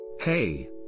Hey